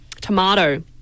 tomato